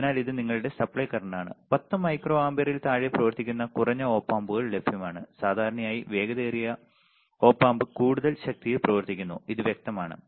അതിനാൽ ഇത് നിങ്ങളുടെ സപ്ലൈ കറന്റാണ് 10 മൈക്രോ ആമ്പിയറിൽ താഴെ പ്രവർത്തിക്കുന്ന കുറഞ്ഞ ഒപ്പ് ആമ്പുകൾ ലഭ്യമാണ് സാധാരണയായി വേഗതയേറിയ ഒപ്പ് ആമ്പു കൂടുതൽ ശക്തിയിൽ പ്രവർത്തിക്കുന്നു ഇത് വ്യക്തമാണ്